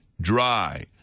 dry